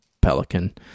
Pelican